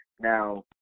now